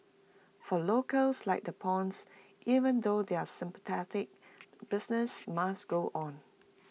for locals like the Puns even though they're sympathetic business must go on